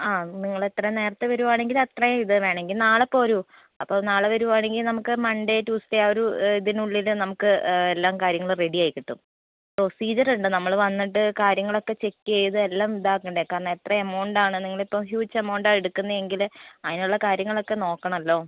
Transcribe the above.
ആ നിങ്ങളെത്രയും നേരത്തെ വരുവാണെങ്കിൽ അത്രയും ഇത് വേണമെങ്കിൽ നാളെ പോരൂ അപ്പോൾ നാളെ വരുവാണെങ്കിൽ നമുക്ക് മൺഡേ ട്യൂസ്ഡേ ആ ഒരു ഇതിനുള്ളിൽ നമുക്ക് എല്ലാ കാര്യങ്ങളും റെഡി ആയി കിട്ടും പ്രൊസീജ്യർ ഉണ്ട് നമ്മൾ വന്നിട്ട് കാര്യങ്ങളൊക്കെ ചെക്ക് ചെയ്ത് എല്ലാം ഇതാക്കണ്ടേ കാരണം എത്ര എമൗണ്ട് ആണ് നിങ്ങളിപ്പം ഹ്യൂജ് എമൗണ്ട് ആണ് എടുക്കുന്നതെങ്കിൽ അതിനുള്ള കാര്യങ്ങളൊക്കെ നോക്കണമല്ലോ